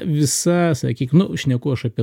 visa sakyk nu šneku aš apie